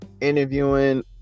Interviewing